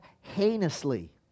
heinously